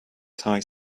tie